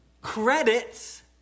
credits